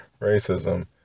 racism